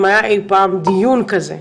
אם היה אי פעם דיון כזה,